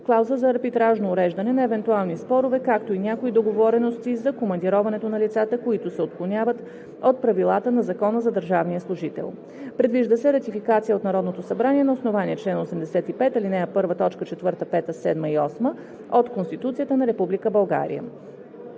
клауза за арбитражно уреждане на евентуални спорове, както и някои договорености за командироването на лицата, които се отклоняват от правилата на Закона за държавния служител. Предвижда се ратификация от Народното събрание на основание чл. 85, ал. 1, т. 4, 5, 7 и 8 от Конституцията на Република България.